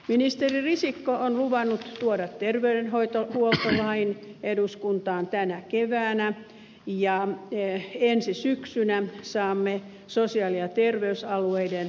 ministeri risikko on luvannut tuoda terveydenhuoltolain eduskuntaan tänä keväänä ja ensi syksynä saamme sosiaali ja terveysalueiden kokeilulain